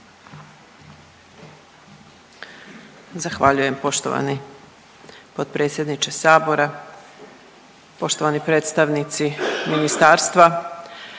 Zahvaljujem poštovani potpredsjedniče Sabora. Poštovani predstavnici Ministarstva.